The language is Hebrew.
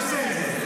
אני עושה את זה.